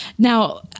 Now